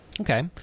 Okay